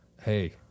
Hey